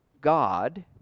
God